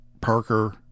Parker